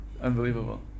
Unbelievable